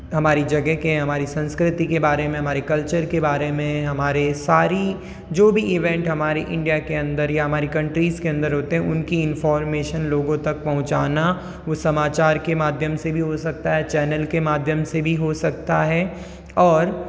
हमारी जगह के हमारी संस्कृति के बारे में हमारे कल्चर के बारे में हमारे सारी जो भी इवेंट हमारे इंडिया के अंदर या हमारी कंट्रीज़ के अंदर होते हैं उनकी इंफॉर्मेशन लोगों तक पहुँचाना वो समाचार के माध्यम से भी हो सकता है चैनल के माध्यम से भी हो सकता है और